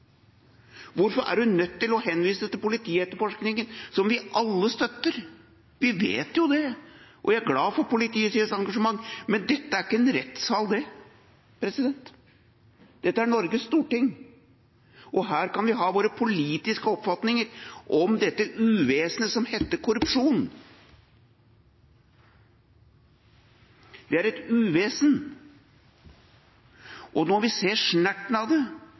Hvorfor er hun nødt til å henvise til politietterforskningen, som vi alle støtter? Vi vet jo om den, og vi er glade for politiets engasjement, men dette er ikke en rettssal, dette er Norges storting, og her kan vi ha våre politiske oppfatninger om dette uvesenet som heter korrupsjon. Det er et uvesen. Og når vi